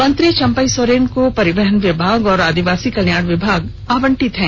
मंत्री चंपई सोरेन को परिवहन विभाग और आदिवासी कल्याण विभाग आवंटित है